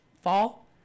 fall